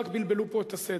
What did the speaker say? רק בלבלו פה את הסדר.